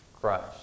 Christ